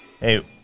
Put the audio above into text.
Hey